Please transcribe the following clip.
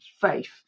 faith